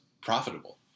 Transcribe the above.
profitable